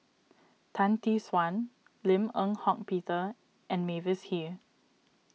Tan Tee Suan Lim Eng Hock Peter and Mavis Hee